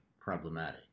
problematic